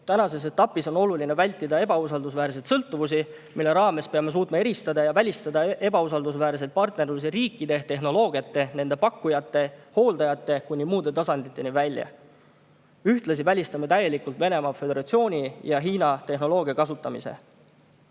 Tänases etapis on oluline vältida ebausaldusväärseid sõltuvusi, seega peame suutma eristada ja välistada ebausaldusväärseid partnerlusi riikide, tehnoloogiate pakkujate ja hooldajatega ning ka muudel tasanditel. Ühtlasi välistame täielikult Venemaa Föderatsiooni ja Hiina tehnoloogia kasutamise,